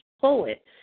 poet